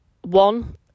one